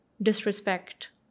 disrespect